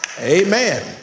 Amen